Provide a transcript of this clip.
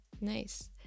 nice